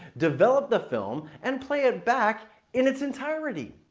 develop the film, and play it back in its entirety.